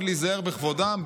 מאוד מאוד להיזהר בכבודם,